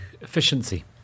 efficiency